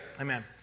Amen